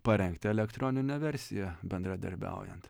parengti elektroninę versiją bendradarbiaujant